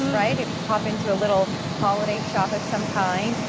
right? ah pop into a little holiday shop at some kind of